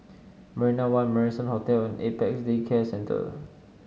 Marina One Marrison Hotel and Apex Day Care Centre